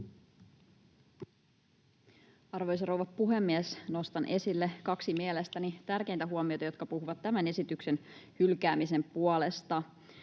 Arvoisa rouva puhemies! Nostan esille kaksi mielestäni tärkeintä huomiota, jotka puhuvat tämän esityksen hylkäämisen puolesta: